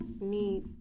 need